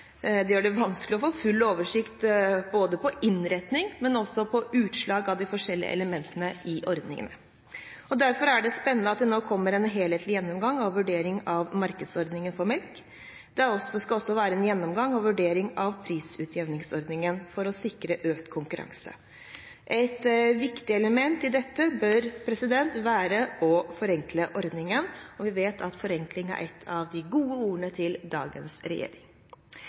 Det gjør det vanskelig å få full oversikt over både innretning og utslag av de forskjellige elementene i ordningene. Derfor er det spennende at det nå kommer en helhetlig gjennomgang og vurdering av markedsordningen for melk. Det skal også være en gjennomgang og vurdering av prisutjevningsordningen, for å sikre økt konkurranse. Et viktig element i dette bør være å forenkle ordningen, og vi vet at forenkling er et av de gode ordene til dagens regjering.